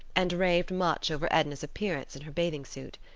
and raved much over edna's appearance in her bathing suit.